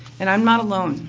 and i'm not alone.